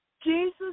Jesus